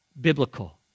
biblical